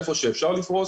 איפה שאפשר לפרוס